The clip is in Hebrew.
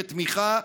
ותמיכה,